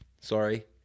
sorry